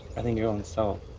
i think your own self.